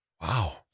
Wow